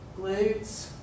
glutes